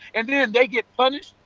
and then they get punished,